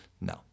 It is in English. No